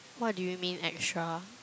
what do you mean extra